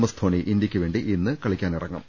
S Dhoni ഇന്ത്യയ്ക്കുവേണ്ടി ഇന്ന് കളിക്കാനിറങ്ങും